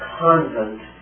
convent